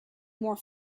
more